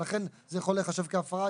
ולכן זה יכול להיחשב כהפרה,